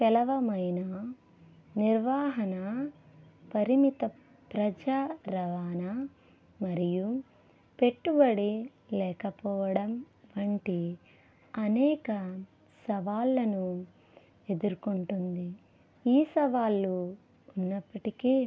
తెలవమైన నిర్వహణ పరిమిత ప్రజా రవాణా మరియు పెట్టుబడి లేకపోవడం వంటి అనేక సవాళ్ళను ఎదురుకుంటుంది ఈ సవాళ్లు ఉన్నప్పటికీ